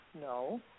No